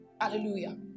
Hallelujah